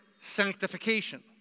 sanctification